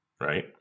Right